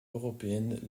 européennes